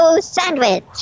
sandwich